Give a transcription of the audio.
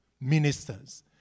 ministers